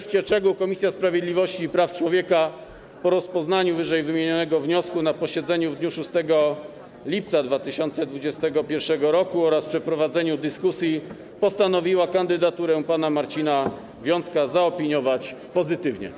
Komisja Sprawiedliwości i Praw Człowieka po rozpoznaniu ww. wniosku na posiedzeniu w dniu 6 lipca 2021 r. oraz przeprowadzeniu dyskusji postanowiła kandydaturę pana Marcina Wiącka zaopiniować pozytywnie.